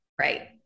Right